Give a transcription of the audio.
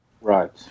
Right